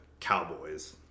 cowboys